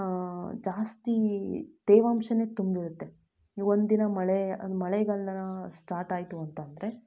ಜಾಸ್ತಿ ತೇವಾಂಶನೇ ತುಂಬಿರುತ್ತೆ ಇ ಒಂದಿನ ಮಳೆ ಮಳೆಗಾಲ ಸ್ಟಾಟ್ ಆಯಿತು ಅಂತ ಅಂದರೆ